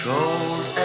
Cold